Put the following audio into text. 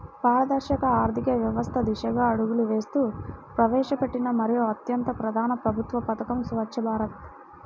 పారదర్శక ఆర్థిక వ్యవస్థ దిశగా అడుగులు వేస్తూ ప్రవేశపెట్టిన మరో అత్యంత ప్రధాన ప్రభుత్వ పథకం స్వఛ్చ భారత్